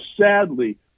sadly